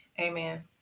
amen